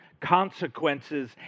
consequences